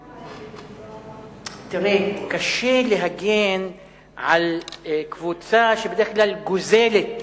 תראה, קשה להגן על קבוצה שבדרך כלל גוזלת